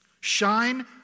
Shine